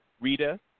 Rita